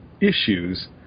issues